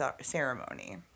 ceremony